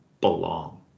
belong